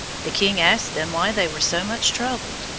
the king asked them why they were so much troubled.